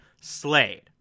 Slade